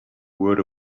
word